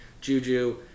Juju